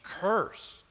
curse